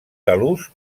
talús